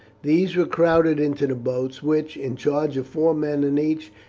these were crowded into the boats, which, in charge of four men in each,